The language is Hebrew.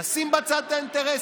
נשים בצד את האינטרסים,